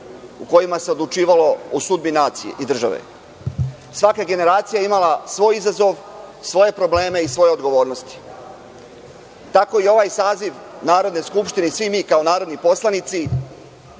u kojima se odlučivalo o sudbi nacije i države. Svaka generacija je imala svoj izazov, svoje probleme i svoje odgovornosti. Tako i ovaj saziv Narodne skupštine i svi mi kao narodni poslanici